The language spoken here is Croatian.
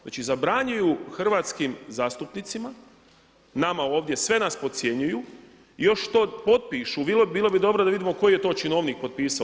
Znači zabranjuju hrvatskim zastupnicima nama ovdje sve nas podcjenjuju i još to potpišu, bilo bi dobro da vidimo koji je to činovnik potpisao.